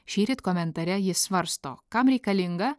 šįryt komentare jis svarsto kam reikalinga